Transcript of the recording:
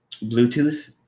Bluetooth